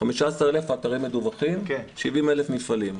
15,000 אתרים מדווחים ו-70,000 מפעלים.